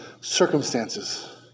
circumstances